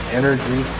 energy